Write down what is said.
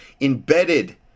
embedded